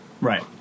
Right